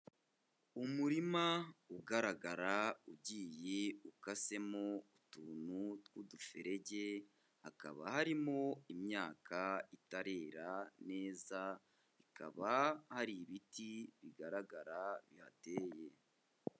Umurima ugaragara ugiye ukasemo utuntu tw'uduferege, hakaba harimo imyaka itarera neza hakaba hari ibiti bigaragara bihateye.